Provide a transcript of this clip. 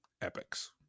epics